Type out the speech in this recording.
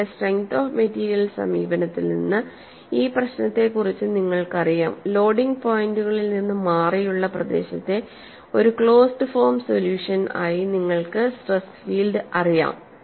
നിങ്ങളുടെ strength of material സമീപനത്തിൽ നിന്ന് ഈ പ്രശ്നത്തെക്കുറിച്ച് നിങ്ങൾക്കറിയാം ലോഡിംഗ് പോയിന്റുകളിൽ നിന്ന് മാറിയുള്ള പ്രദേശത്തെ ഒരു ക്ലോസ്ഡ് ഫോം സൊല്യൂഷൻ ആയി നിങ്ങൾക്ക് സ്ട്രെസ് ഫീൽഡ് അറിയാം